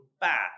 bad